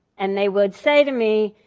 and they would say to me,